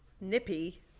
Nippy